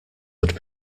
would